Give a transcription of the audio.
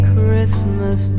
Christmas